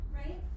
right